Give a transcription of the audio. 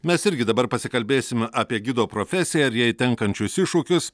mes irgi dabar pasikalbėsim apie gido profesiją ir jai tenkančius iššūkius